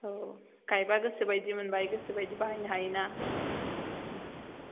औ गायबा गोसोबादि मोनबाय गोसोबादि बाहायनो हायो ना